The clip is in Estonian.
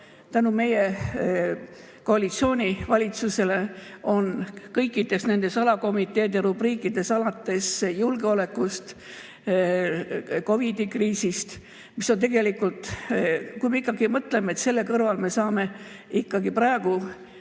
tänu meie koalitsioonivalitsusele on kõikides nendes alakomiteede rubriikides, alates julgeolekust ja COVID‑i kriisist. Tegelikult, kui me ikkagi mõtleme, et selle kõrval me saame praegu